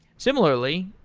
similarly,